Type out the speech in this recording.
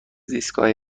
ایستگاه